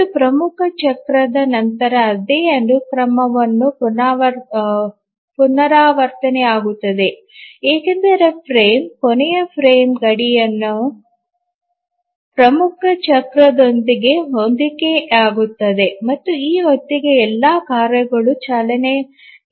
ಮತ್ತು ಪ್ರಮುಖ ಚಕ್ರದ ನಂತರ ಅದೇ ಅನುಕ್ರಮವು ಪುನರಾವರ್ತನೆಯಾಗುತ್ತದೆ ಏಕೆಂದರೆ ಫ್ರೇಮ್ ಕೊನೆಯ ಫ್ರೇಮ್ ಗಡಿ ಪ್ರಮುಖ ಚಕ್ರದೊಂದಿಗೆ ಹೊಂದಿಕೆಯಾಗುತ್ತದೆ ಮತ್ತು ಈ ಹೊತ್ತಿಗೆ ಎಲ್ಲಾ ಕಾರ್ಯಗಳು ಚಾಲನೆಯಲ್ಲಿವೆ